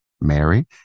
Mary